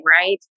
right